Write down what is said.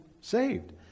saved